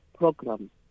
programs